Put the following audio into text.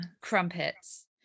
crumpets